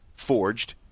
Forged